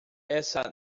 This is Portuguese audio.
essa